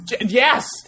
Yes